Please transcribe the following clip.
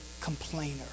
complainer